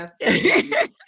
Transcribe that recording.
yes